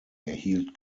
erhielt